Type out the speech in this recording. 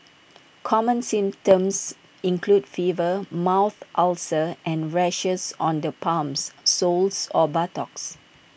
common symptoms include fever mouth ulcers and rashes on the palms soles or buttocks